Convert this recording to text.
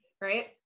right